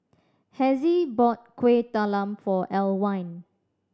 Hezzie bought Kuih Talam for Alwine